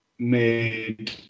made